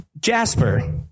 Jasper